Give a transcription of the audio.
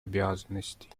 обязанностей